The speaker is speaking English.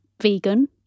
vegan